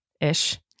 ish